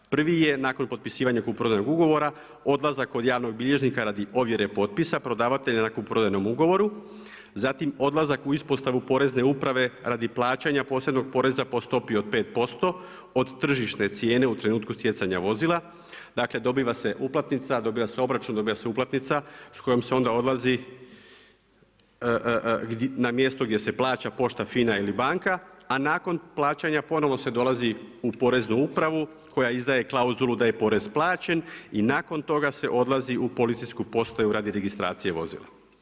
Prvi je nakon potpisivanja kupoprodajnog ugovora, odlazak kod javnog bilježnika radi ovjere potpisa, prodavatelja na kupoprodajnom ugovoru, zatim odlazak u ispostavu Porezne uprave radi plaćanja posebnog poreza po stopi od 5% od tržišne cijene u trenutku stjecanja vozila, dakle dobiva se uplatnica, dobiva se obračun, dobiva se uplatnica s kojom se onda odlazi na mjesto gdje se plaća pošta, FINA ili banka, a nakon plaćanja ponovno se dolazi u Poreznu upravu koja izdaje klauzulu da je porez plaćen i nakon toga se odlazi u policijsku postaju radi registracije vozila.